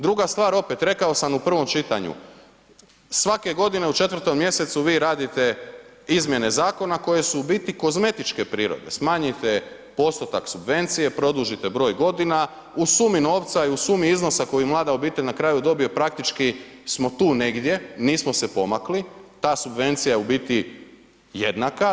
Drugi stvar opet, rekao sam u prvom čitanju, svake godine u 4. mj vi radite izmjene zakona koje su u biti kozmetičke prirode, smanjite postotak subvencije, produžite broj godina, u sumi novca i u sumi iznosa koju mlada obitelj na kraju dobije praktički smo tu negdje, nismo se pomakli, ta subvencija je u biti jednaka.